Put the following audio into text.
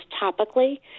topically